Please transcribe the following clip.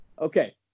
Okay